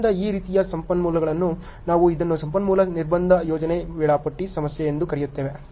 ಆದ್ದರಿಂದ ಈ ರೀತಿಯ ಸಮಸ್ಯೆಗಳನ್ನು ನಾವು ಇದನ್ನು ಸಂಪನ್ಮೂಲ ನಿರ್ಬಂಧ ಯೋಜನೆ ವೇಳಾಪಟ್ಟಿ ಸಮಸ್ಯೆ ಎಂದು ಕರೆಯುತ್ತೇವೆ